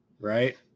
Right